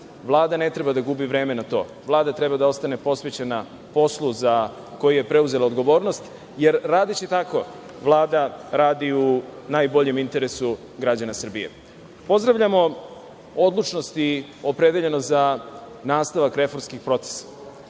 Vlada ne treba da gubi vreme na to. Vlada treba da ostane posvećena poslu za koji je preuzela odgovornost, jer radeći tako Vlada radi u najboljem interesu građana Srbije. Pozdravljamo odlučnost i opredeljenost za nastavak reformskih procesa.